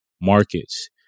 markets